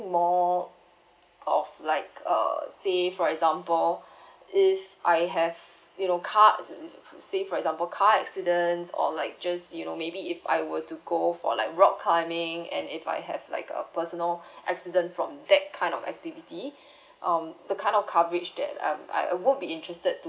more of like a say for example if I have you know car say for example car accidents or like just you know maybe if I were to go for like rock climbing and if I have like a personal accident from that kind of activity um the kind of coverage that um I will be interested to